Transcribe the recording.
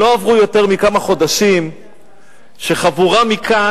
לא עברו יותר מכמה חודשים שחבורה מכאן